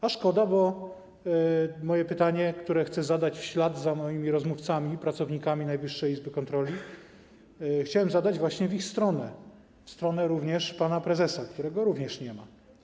A szkoda, bo moje pytanie, które chcę zadać w ślad za moimi rozmówcami, pracownikami Najwyższej Izby Kontroli, chcę zadać właśnie w ich stronę, w stronę również pana prezesa, którego również nie ma.